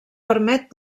permet